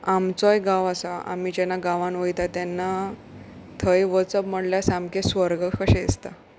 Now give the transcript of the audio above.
आमचोय गांव आसा आमी जेन्ना गांवान वयता तेन्ना थंय वचप म्हणल्यार सामकें स्वर्ग कशें दिसता